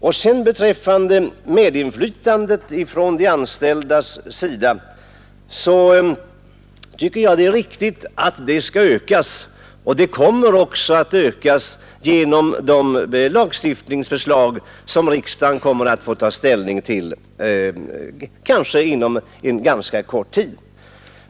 Vad sedan beträffar medinflytandet från de anställdas sida tycker jag det är riktigt att det skall ökas, och det kommer också att ökas enligt det lagstiftningsförslag som riksdagen kommer att få ta ställning till, kanske inom en ganska kort tid.